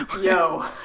yo